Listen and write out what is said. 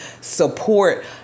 support